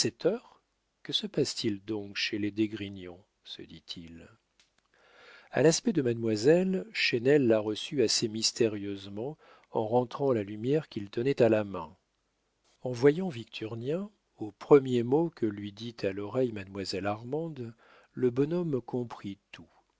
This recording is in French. que se passe-t-il donc chez les d'esgrignon se dit-il a l'aspect de mademoiselle chesnel la reçut assez mystérieusement en rentrant la lumière qu'il tenait à la main en voyant victurnien au premier mot que lui dit à l'oreille mademoiselle armande le bonhomme comprit tout